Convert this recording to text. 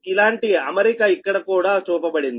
ఇలాంటి అమరిక ఇక్కడ కూడా చూపబడింది